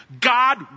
God